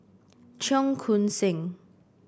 Cheong Koon Seng